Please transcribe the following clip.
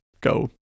go